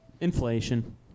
Inflation